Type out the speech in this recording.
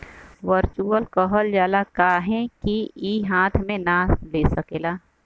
virtual कहल जाला काहे कि ई हाथ मे ना ले सकेला